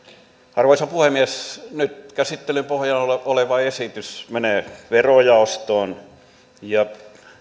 arvoisa puhemies nyt käsittelyn pohjana oleva esitys menee verojaostoon ja